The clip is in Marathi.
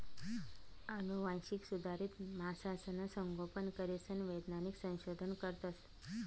आनुवांशिक सुधारित मासासनं संगोपन करीसन वैज्ञानिक संशोधन करतस